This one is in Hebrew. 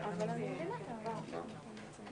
היינו במקום שבו אנחנו מדברים על נוסח לפיו: